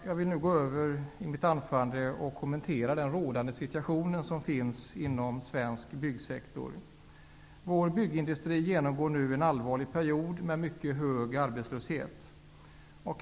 Jag vill nu gå över till att kommentera den situation som råder inom svensk byggsektor. Vår byggindustri har en allvarlig period med mycket hög arbetslöshet.